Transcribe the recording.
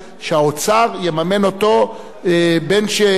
גם אם המעביד שלו דאג לעתידו,